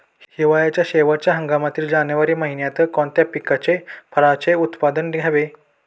हिवाळ्याच्या शेवटच्या हंगामातील जानेवारी महिन्यात कोणत्या पिकाचे, फळांचे उत्पादन घ्यावे?